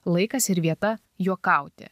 laikas ir vieta juokauti